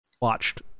watched